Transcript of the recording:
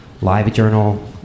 LiveJournal